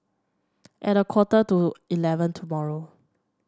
at a quarter to eleven tomorrow